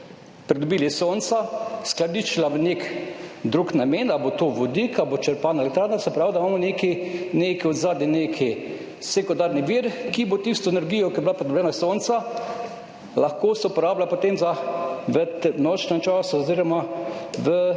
pridobili iz sonca, skladiščila v nek drug namen, ali bo to vodik ali bo črpalna elektrarna. Se pravi, da imamo nekaj zadaj, neki sekundarni vir, da se tisto energijo, ki je bila pridobljena iz sonca, lahko uporablja potem v nočnem času oziroma v